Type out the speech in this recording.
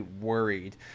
worried